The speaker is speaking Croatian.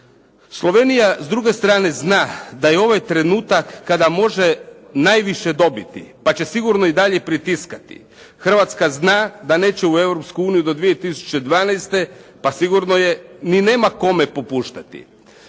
Slovenija s druge strane zna da je ovo trenutak kada može najviše dobiti, pa će sigurno i dalje pritiskati. Hrvatska zna da neće u Europsku uniju do 2012. pa sigurno i nema kome popuštati.